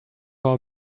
our